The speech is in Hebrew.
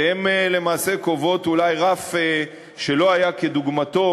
שהן קובעות אולי רף שלא היה כדוגמתו